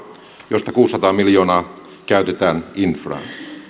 josta kuusisataa miljoonaa käytetään infraan